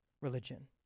religion